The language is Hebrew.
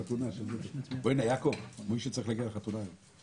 צריך שיהיה סדר גם בתוך המציאות הזאת שיש כזה מתח,